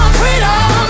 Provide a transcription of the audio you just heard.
freedom